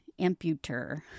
amputer